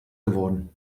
geworden